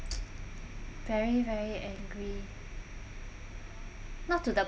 very very angry not to the